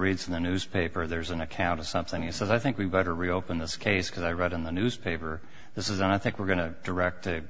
reads the newspaper there's an account of something he says i think we better reopen this case because i read in the newspaper this is i think we're going to direct the